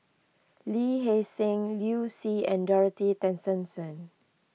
Lee Hee Seng Liu Si and Dorothy Tessensohn